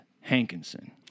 Hankinson